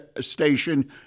station